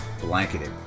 blanketed